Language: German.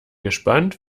gespannt